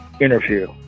interview